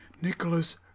Nicholas